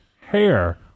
hair